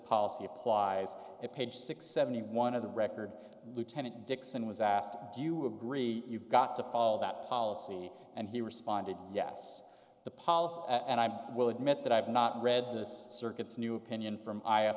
policy applies to page six seventy one of the record lieutenant dixon was asked do you agree you've got to follow that policy and he responded yes the policy and i will admit that i have not read the circuits new opinion from iowa